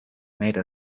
made